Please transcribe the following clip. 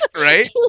Right